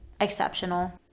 exceptional